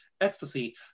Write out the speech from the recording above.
ecstasy